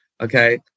Okay